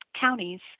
counties